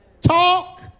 Talk